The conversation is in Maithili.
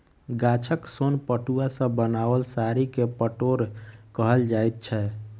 गाछक सोन पटुआ सॅ बनाओल साड़ी के पटोर कहल जाइत छै